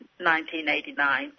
1989